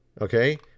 okay